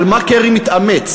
על מה קרי מתאמץ,